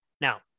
Now